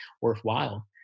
worthwhile